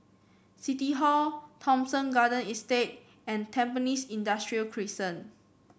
City Hall Thomson Garden Estate and Tampines Industrial Crescent